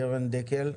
קרן דקל.